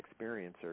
experiencer